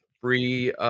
free